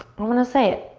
i'm gonna say it,